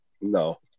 No